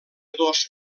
dos